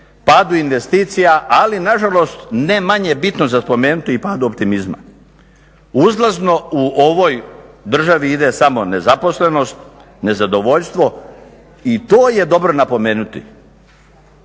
padu investicija, ali nažalost ne manje bitno za spomenuti i padu optimizma. Uzlazno u ovoj državi ide samo nezaposlenost, nezadovoljstvo i to je dobro napomenuti.